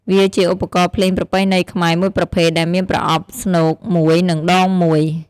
វាជាឧបករណ៍ភ្លេងប្រពៃណីខ្មែរមួយប្រភេទ ដែលមានប្រអប់ស្នូកមួយ និងដងមួយ ។